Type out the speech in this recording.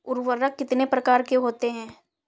उर्वरक कितनी प्रकार के होते हैं?